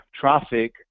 traffic